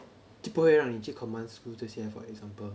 就不会让你去 command school 这些 for example